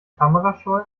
kamerascheu